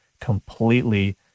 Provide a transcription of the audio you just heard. completely